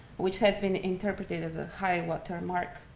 which has been interpreted as a high water mark.